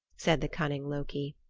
said the cunning loki.